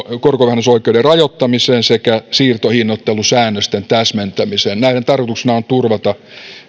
korkovähennysoikeuden rajoittamiseen sekä siirtohinnoittelusäännösten täsmentämiseen näiden tarkoituksena on turvata